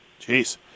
jeez